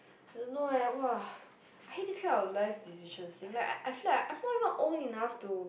don't know leh !wow! I had this kind of life decision I feel like I not old enough to